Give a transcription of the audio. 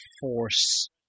force